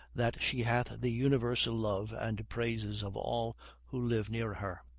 that she hath the universal love and praises of all who live near her.